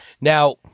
Now